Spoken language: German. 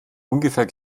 ungefähr